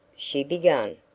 she began.